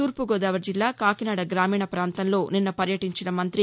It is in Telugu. తూర్పుగోదావరి జిల్లా కాకినాడ గ్రామీణ పాంతంలో నిన్న పర్యటించిన మంత్రి